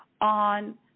on